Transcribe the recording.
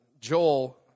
Joel